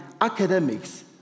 academics